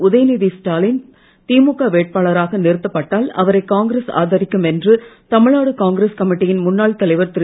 உதயநிதி ஸ்டாலின் திமுக வேட்பாளராக நிறுத்தப்பட்டால் அவரை காங்கிரஸ் ஆதரிக்கும் என்று தமிழ்நாடு காங்கிரஸ் கமிட்டியின் முன்னாள் தலைவர் திரு